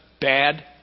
bad